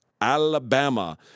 Alabama